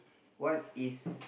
what is